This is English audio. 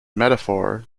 metaphor